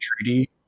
treaty